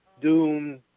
doomed